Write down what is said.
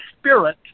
spirit